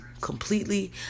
completely